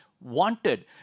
wanted